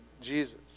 Jesus